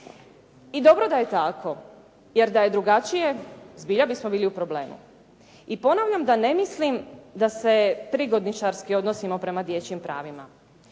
I dobro da je tako jer da je drugačije, zbilja bismo bili u problemu. I ponavljam da ne mislim da se prigodničarski odnosimo prema dječjim pravima.